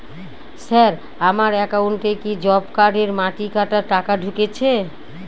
Sir আমার একাউন্টে কি জব কার্ডের মাটি কাটার টাকা ঢুকেছে?